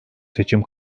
seçim